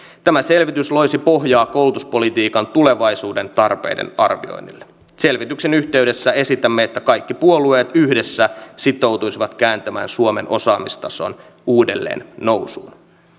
tämä selvitys loisi pohjaa koulutuspolitiikan tulevaisuuden tarpeiden arvioinnille selvityksen yhteydessä esitämme että kaikki puolueet yhdessä sitoutuisivat kääntämään suomen osaamistason uudelleen nousuun